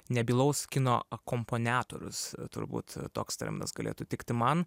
nebylaus kino akomponiatorius turbūt toks terminas galėtų tikti man